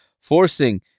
Forcing